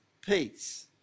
peace